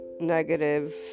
negative